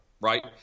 right